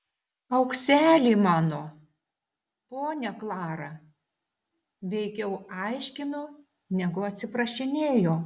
aukseli mano ponia klara veikiau aiškino negu atsiprašinėjo